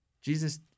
Jesus